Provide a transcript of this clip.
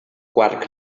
quart